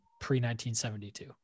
pre-1972